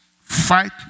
Fight